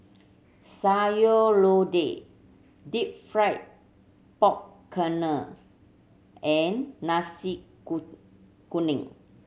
Sayur Lodeh Deep Fried Pork Knuckle and nasi kuning